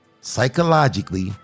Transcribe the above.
Psychologically